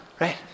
right